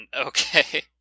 okay